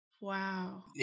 Wow